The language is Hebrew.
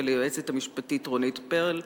וליועצת המשפטית רונית פרל.